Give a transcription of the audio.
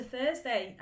Thursday